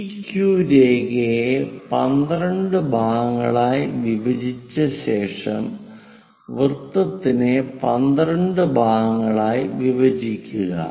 Piqué രേഖയെ 12 ഭാഗങ്ങളായി വിഭജിച്ച ശേഷം വൃത്തത്തിനെ 12 ഭാഗങ്ങളായി വിഭജിക്കുക